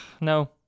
No